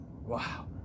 wow